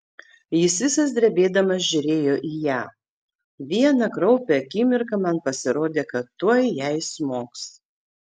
jis visas drebėdamas žiūrėjo į ją vieną kraupią akimirką man pasirodė kad tuoj jai smogs